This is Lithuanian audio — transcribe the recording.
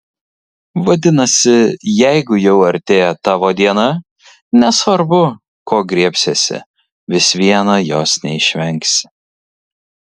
vadinasi jeigu jau artėja tavo diena nesvarbu ko griebsiesi vis viena jos neišvengsi